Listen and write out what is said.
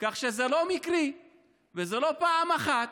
כך שזה לא מקרי וזה לא פעם אחת.